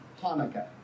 Hanukkah